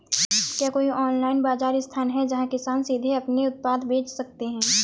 क्या कोई ऑनलाइन बाज़ार स्थान है जहाँ किसान सीधे अपने उत्पाद बेच सकते हैं?